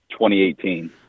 2018